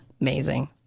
amazing